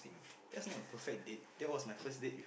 that's not my perfect date that was my first date with